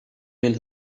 will